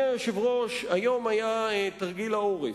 אדוני היושב-ראש, היום היה תרגיל העורף,